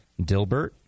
Dilbert